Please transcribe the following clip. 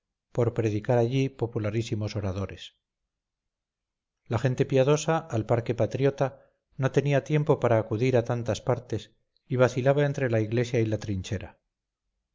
por predicar allí popularísimos oradores la gente piadosa al par que patriota no tenía tiempo para acudir a tantas partes y vacilaba entre la iglesia y la trinchera